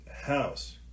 house